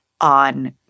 on